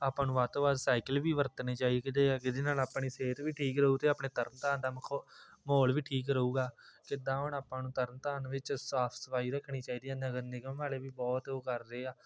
ਆਪਾਂ ਨੂੰ ਵੱਧ ਤੋਂ ਵੱਧ ਸਾਈਕਲ ਵੀ ਵਰਤਣੇ ਚਾਹੀਦੇ ਆ ਕਿਹਦੇ ਨਾਲ ਆਪਣੀ ਸਿਹਤ ਵੀ ਠੀਕ ਰਹੂ ਅਤੇ ਆਪਣੇ ਤਰਨਤਾਰਨ ਦਾ ਮਹੌਲ ਵੀ ਠੀਕ ਰਹੂਗਾ ਜਿੱਦਾਂ ਹੁਣ ਆਪਾਂ ਨੂੰ ਤਰਨਤਾਰਨ ਵਿੱਚ ਸਾਫ਼ ਸਫ਼ਾਈ ਰੱਖਣੀ ਚਾਹੀਦੀ ਹੈ ਨਗਰ ਨਿਗਮ ਵਾਲੇ ਵੀ ਬਹੁਤ ਉਹ ਕਰ ਰਹੇ ਆ